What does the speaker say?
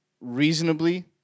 reasonably